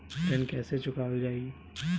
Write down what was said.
ऋण कैसे चुकावल जाई?